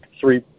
three